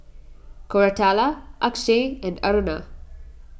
Koratala Akshay and Aruna